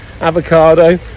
avocado